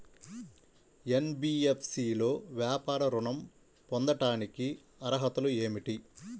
NBFC లో వ్యాపార ఋణం పొందటానికి అర్హతలు ఏమిటీ?